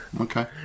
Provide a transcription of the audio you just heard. Okay